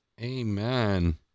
Amen